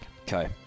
Okay